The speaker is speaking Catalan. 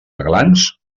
aglans